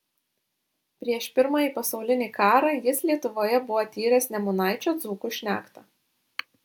prieš pirmąjį pasaulinį karą jis lietuvoje buvo tyręs nemunaičio dzūkų šnektą